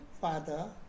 father